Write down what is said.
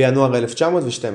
בינואר 1912,